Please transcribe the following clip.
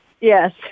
Yes